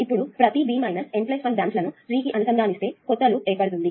ఇప్పుడు ప్రతి B N 1 బ్రాంచ్లను ట్రీ కు అనుసంధానిస్తే కొత్త లూప్ ఏర్పడుతుంది